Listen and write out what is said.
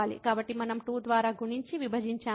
కాబట్టి మనం 2 ద్వారా గుణించి విభజించాము